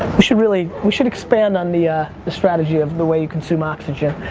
we should really, we should expand on the ah the strategy of the way you consume oxygen.